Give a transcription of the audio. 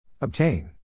Obtain